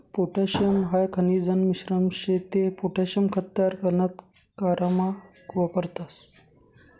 potassium high खनिजन मिश्रण शे ते पोटॅशियम खत तयार करामा वापरतस